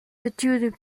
études